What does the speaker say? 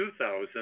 2000